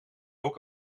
ook